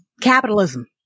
capitalism